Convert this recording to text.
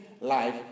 life